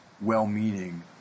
well-meaning